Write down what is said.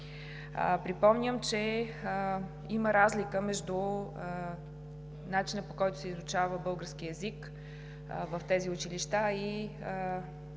Припомням, че има разлика между начина, по който се изучава български език в тези училища и